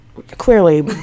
clearly